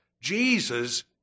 Jesus